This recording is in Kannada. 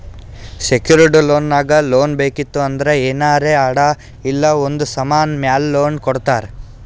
ಸೆಕ್ಯೂರ್ಡ್ ಲೋನ್ ನಾಗ್ ಲೋನ್ ಬೇಕಿತ್ತು ಅಂದ್ರ ಏನಾರೇ ಅಡಾ ಇಲ್ಲ ಒಂದ್ ಸಮಾನ್ ಮ್ಯಾಲ ಲೋನ್ ಕೊಡ್ತಾರ್